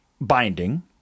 binding